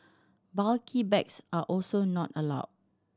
bulky bags are also not allowed